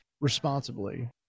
responsibly